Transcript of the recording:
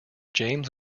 james